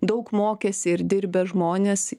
daug mokęsi ir dirbę žmonės